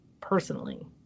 personally